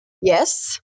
Yes